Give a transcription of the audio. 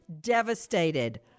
devastated